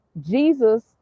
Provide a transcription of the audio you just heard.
Jesus